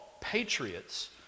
patriots